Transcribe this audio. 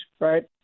right